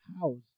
house